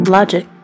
Logic